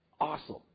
awesome